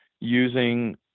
using